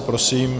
Prosím.